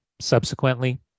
subsequently